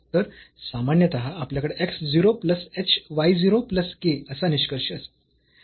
तर सामान्यतः आपल्याकडे x 0 plus h y 0 plus k असा निष्कर्ष असेल आणि आपण हे असेच सुरू ठेवू शकतो